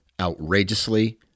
outrageously